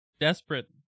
Desperate